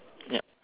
yep